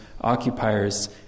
occupiers